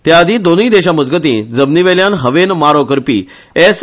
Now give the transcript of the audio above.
त्या आर्दी दोनुय देशामजगती जमनीवेल्यान हवेन मारोकरपी एस